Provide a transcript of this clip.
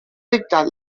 dictat